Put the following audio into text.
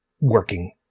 working